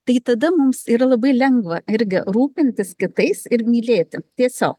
tai tada mums yra labai lengva irgi rūpintis kitais ir mylėti tiesiog